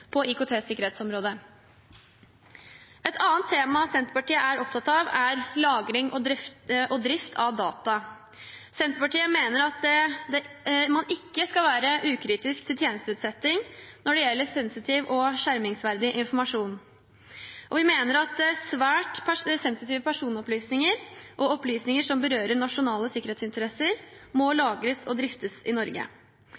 på IKT-sikkerhetsområdet. Et annet tema Senterpartiet er opptatt av, er lagring og drift av data. Senterpartiet mener at man ikke skal være ukritisk til tjenesteutsetting når det gjelder sensitiv og skjermingsverdig informasjon. Vi mener at svært sensitive personopplysninger og opplysninger som berører nasjonale sikkerhetsinteresser, må